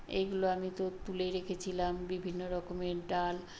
এইগুলো আমি তো তুলে রেখেছিলাম বিভিন্ন রকমের ডাল